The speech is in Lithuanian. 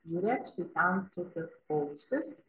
žiūrėk štai ten tupi paukštis